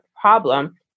problem